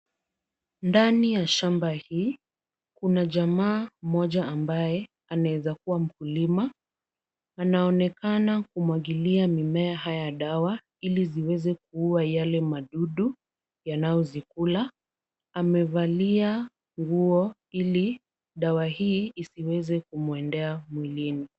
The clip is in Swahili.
Ndani ya shamba hii kuna jamaa mmoja ambaye anaweza kuwa mkulima. Anaonekana kumwagilia mimea haya dawa ili ziweze kuua yale madudu yanaozikula. Amevalia nguo ili dawa hii isiweze kumwendea mwilini.